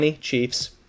Chiefs